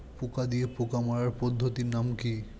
পোকা দিয়ে পোকা মারার পদ্ধতির নাম কি?